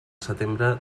setembre